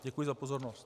Děkuji za pozornost.